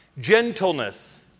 gentleness